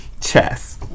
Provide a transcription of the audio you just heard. chess